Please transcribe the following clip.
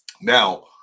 Now